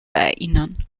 erinnern